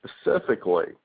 specifically